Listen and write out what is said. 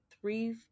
three